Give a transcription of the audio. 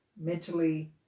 mentally